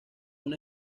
una